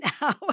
now